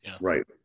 Right